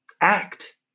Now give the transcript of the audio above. act